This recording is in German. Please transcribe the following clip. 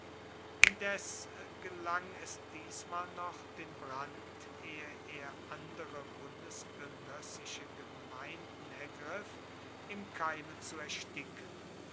indes gelang es diesmal noch den brand ehe er andere bundesgenössische gemeinden ergriff im keime zu ersticken